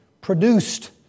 produced